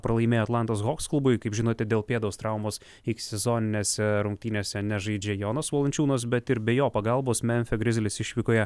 pralaimėjo atlantos hoks klubui kaip žinote dėl pėdos traumos ikisezoninėse rungtynėse nežaidžia jonas valančiūnas bet ir be jo pagalbos memfio grizlis išvykoje